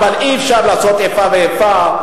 אי-אפשר לעשות איפה ואיפה.